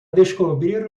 descobrir